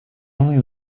only